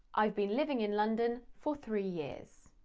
i've been living in london for three years.